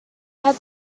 had